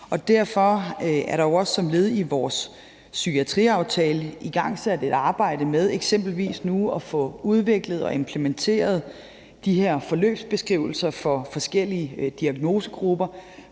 Derfor er der også som led i vores psykiatriaftale igangsat et arbejde med eksempelvis nu at få udviklet og implementeret de her forløbbeskrivelser for forskellige diagnosegrupper.